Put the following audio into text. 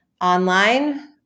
online